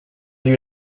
you